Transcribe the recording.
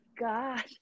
god